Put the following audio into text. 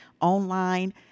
online